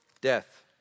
Death